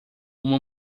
uma